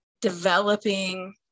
developing